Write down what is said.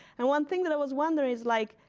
and one thing that i was wondering is, like